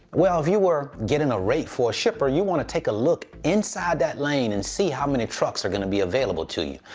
well, if you were getting a rate for a shipper, you wanna take a look inside that lane and see how many trucks are gonna be available to you.